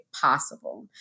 possible